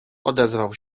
odezwał